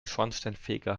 schornsteinfeger